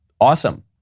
Awesome